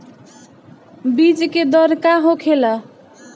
बीज के दर का होखेला?